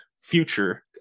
future